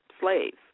slaves